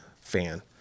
fan